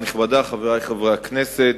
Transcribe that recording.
חברי חברי הכנסת,